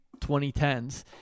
2010s